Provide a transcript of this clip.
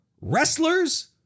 wrestlers